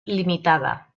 ltda